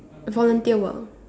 volunteer work